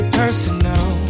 personal